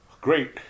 Great